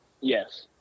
Yes